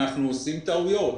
עושים טעויות,